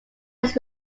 his